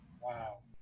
Wow